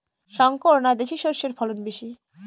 শংকর না দেশি সরষের ফলন বেশী?